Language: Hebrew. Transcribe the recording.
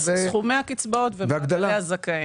סכומי הקצבאות והגדלת מספר הזכאים.